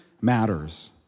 matters